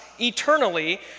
eternally